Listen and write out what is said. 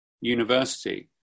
university